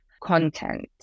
content